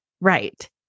right